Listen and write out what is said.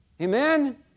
Amen